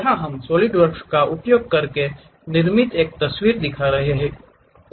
यहां हम सॉलिडवर्क्स का उपयोग करके निर्मित एक तस्वीर दिखा रहे हैं